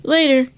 Later